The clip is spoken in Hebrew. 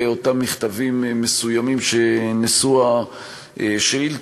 על אותם מכתבים מסוימים של נשוא השאילתה,